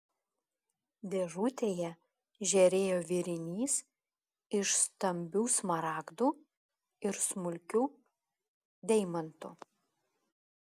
dėžutėje žėrėjo vėrinys iš stambių smaragdų ir smulkių deimantų